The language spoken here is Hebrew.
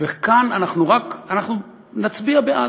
וכאן אנחנו רק, אנחנו נצביע בעד.